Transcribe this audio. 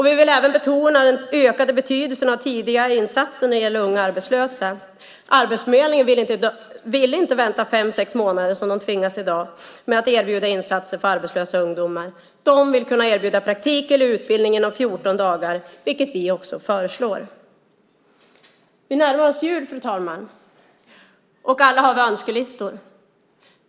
Vi vill även betona den ökade betydelsen av tidiga insatser när det gäller unga arbetslösa. Arbetsförmedlingen vill inte vänta fem sex månader, som de tvingas till i dag, med att erbjuda insatser för arbetslösa ungdomar. Man vill kunna erbjuda praktik eller utbildning inom 14 dagar, vilket vi också föreslår. Fru talman! Vi närmar oss jul, och alla har önskelistor.